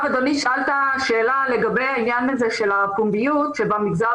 שאלת לגבי העניין הזה של הפומביות כאשר במגזר